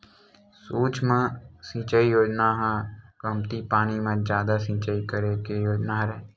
सुक्ष्म सिचई योजना ह कमती पानी म जादा सिचई करे के योजना हरय